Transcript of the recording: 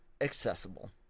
accessible